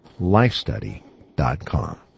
lifestudy.com